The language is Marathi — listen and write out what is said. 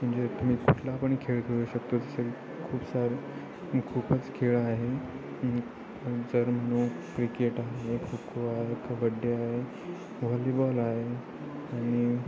म्हणजे तुम्ही कुठला पण खेळ खेळू शकतो जसे खूप सारे खूपच खेळ आहे जर म्हणू क्रिकेट आहे खो खो आहे कबड्डी आहे वॉलीबॉल आहे आणि